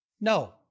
No